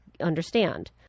understand